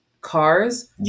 cars